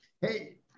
hey